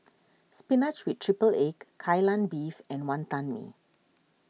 Spinach with Triple Egg Kai Lan Beef and Wantan Mee